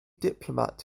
diplomat